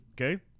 Okay